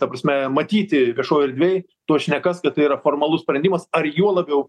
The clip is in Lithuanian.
ta prasme matyti viešoj erdvėj tuos šnekas kad tai yra formalus sprendimas ar juo labiau